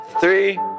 three